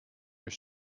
your